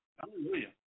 Hallelujah